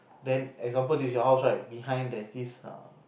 then example this is your house right behind there's this uh